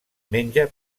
menja